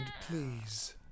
please